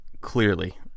clearly